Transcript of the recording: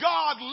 God